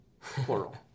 Plural